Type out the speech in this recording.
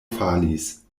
falis